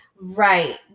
Right